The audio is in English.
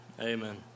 Amen